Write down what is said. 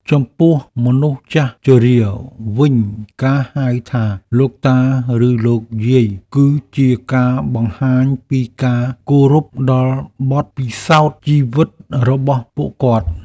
ចំពោះមនុស្សចាស់ជរាវិញការហៅថាលោកតាឬលោកយាយគឺជាការបង្ហាញពីការគោរពដល់បទពិសោធន៍ជីវិតរបស់ពួកគាត់។